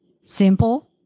simple